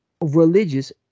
religious